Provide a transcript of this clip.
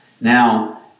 Now